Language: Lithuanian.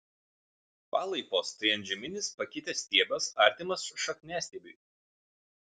palaipos tai antžeminis pakitęs stiebas artimas šakniastiebiui